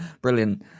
brilliant